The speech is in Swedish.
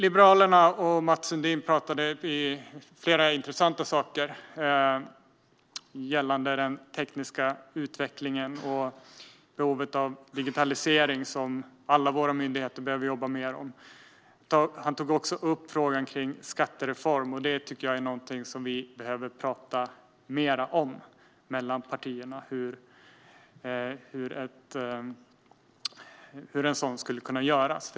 Liberalerna och Mathias Sundin talade om flera intressanta saker gällande den tekniska utvecklingen och behovet av digitalisering, som alla våra myndigheter behöver jobba med. Han tog också upp frågan om skattereform. Det är något som vi behöver tala mer om mellan partierna, hur en sådan skulle kunna göras.